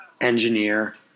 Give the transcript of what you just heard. engineer